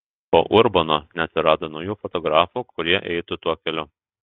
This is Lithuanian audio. po urbono neatsirado naujų fotografų kurie eitų tuo keliu